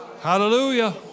Hallelujah